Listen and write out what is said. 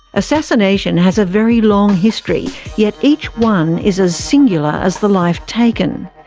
assassination has a very long history yet each one is as singular as the life taken.